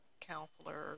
counselor